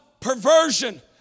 perversion